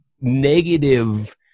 negative